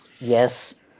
yes